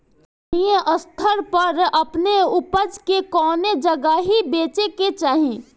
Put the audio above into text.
स्थानीय स्तर पर अपने ऊपज के कवने जगही बेचे के चाही?